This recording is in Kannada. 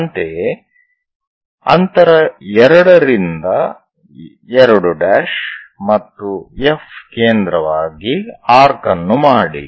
ಅಂತೆಯೇ ಅಂತರ 2 ರಿಂದ 2 'ಮತ್ತು F ಕೇಂದ್ರವಾಗಿ ಆರ್ಕ್ ಅನ್ನು ಮಾಡಿ